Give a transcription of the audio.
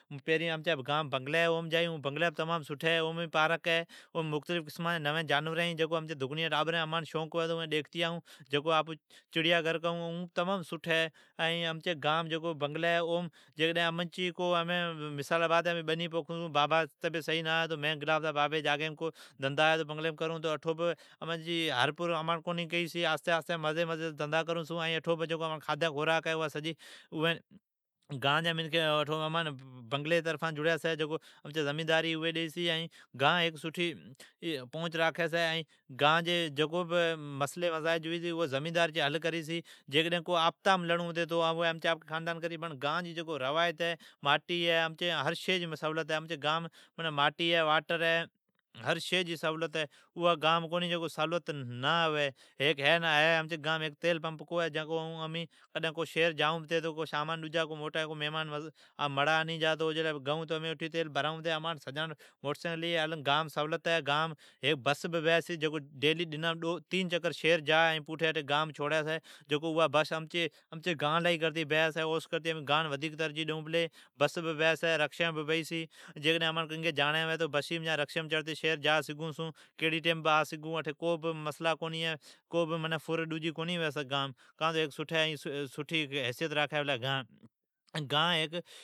بنگلیم جائی۔ او بنگلیم پارک ہے ائین نوین قسمان جین جانورین ھی جکار امچی ٹابران ائین امان شوق ھوی چھی جکار امین ڈیکھتی آئون چھون۔ چڑیا گھر ہے، بنگلیم مثال طور بابا نا گلا تو مین دھندھیم گلا تو منین کونی کیئی چھی امین اھستی پلی دھندھا کرون چھون ائین جکو کھادھی خوراک ہے اوا گاں جی طرفوں بنگلین آوی چھی۔ گان جی جکو مسلی ھوی چھی اوی زمیندار حل کری چھی۔ ائین جکو اپتمان لڑی چھی او اوان جا مسلا ھوی چھی۔ ماٹی ہے ھر شی ہے، ھی نہ ھی ھیک تیل پنپ کو ہے جکو امین کڈھن شھر جائون یا کو گھرین مڑا مھمان مڑا آتی جا چھی۔ ائین امان سجان سون موٹرسائیکل ھی ائین امچی گانم ھیک بس بی چھی جکو امچی لی ئی کرتی بی چھی او جی لی کرتی امین گان ودھیک ترجیھ ڈیئون چھون۔ بس بھی بی چھی ائی رکسین بھی بیئی چھی۔ امین کڈ بھی آجا سگھون، اٹھی کوئی بھی مسلا کونی ہے۔ اٹھی فر ڈجی کونی ھوی چھی کان تو این گان موٹی حیثیت راکھی چھی۔ گان ھیک